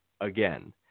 again